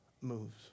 moves